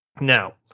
now